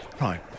right